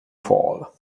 fall